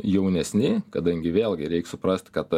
jaunesni kadangi vėlgi reik suprast kad